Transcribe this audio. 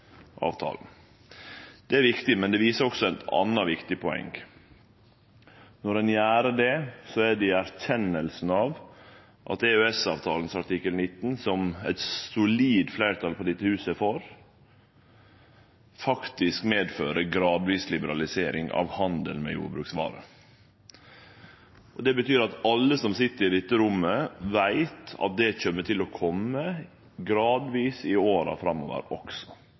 avtalen. Det er viktig, men det viser òg eit anna viktig poeng. Når ein gjer det, er det i erkjenning av at EØS-avtalens artikkel 19, som eit solid fleirtal på dette huset er for, faktisk medfører gradvis liberalisering av handel med jordbruksvarer. Det betyr at alle som sit i dette rommet, veit at det kjem til å kome gradvis i åra framover